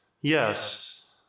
Yes